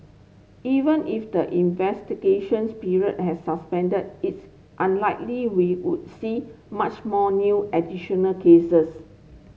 even if the investigation's period has suspended it's unlikely we would see much more new additional cases